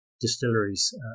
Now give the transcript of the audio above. distilleries